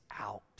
out